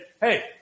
hey